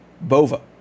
Bova